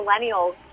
millennials